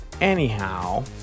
Anyhow